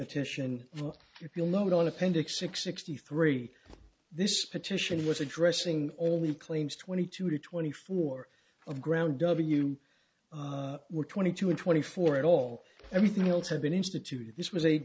petition for your below an appendix six sixty three this petition was addressing only claims twenty two to twenty four of ground w were twenty two and twenty four at all everything else had been instituted this was a